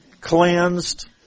cleansed